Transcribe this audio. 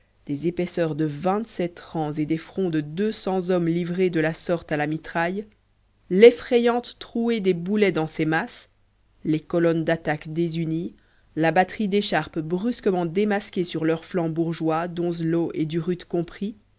des épaisseurs de vingt-sept rangs et des fronts de deux cents hommes livrés de la sorte à la mitraille l'effrayante trouée des boulets dans ces masses les colonnes d'attaque désunies la batterie d'écharpe brusquement démasquée sur leur flanc bourgeois donzelot et durutte compromis